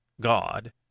God